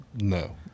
No